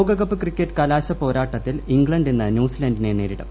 ലോകകപ്പ് ക്രിക്കറ്റ് കലാശപോരാട്ടത്തിൽ ഇംഗ്ലണ്ട് ഇന്ന് ന്യൂസിലാണ്ടിനെ നേരിടും